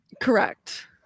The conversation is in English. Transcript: Correct